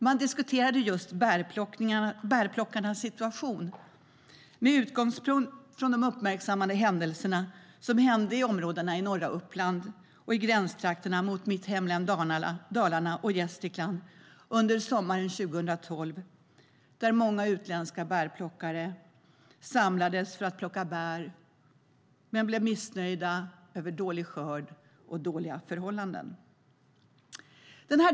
Man diskuterade just bärplockarnas situation med utgångspunkt i de uppmärksammade händelserna i norra Uppland och i gränstrakterna mot mitt hemlän Dalarna och Gästrikland under sommaren 2012, då många utländska bärplockare samlades för att plocka bär men blev missnöjda över dålig skörd och dåliga förhållanden.